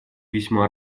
весьма